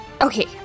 Okay